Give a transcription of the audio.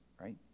right